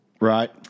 right